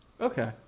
Okay